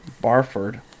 Barford